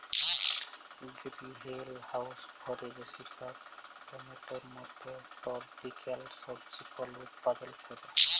greenhouse ঘরে বেশিরভাগ টমেটোর মত টরপিক্যাল সবজি ফল উৎপাদল ক্যরা